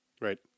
right